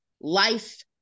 life